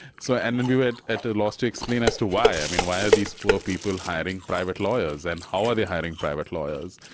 so and and we were at at a loss to explain as to why. i mean, why are these poor people hiring private lawyers, and how were they hiring private lawyers?